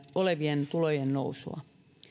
olevien tulojen nousua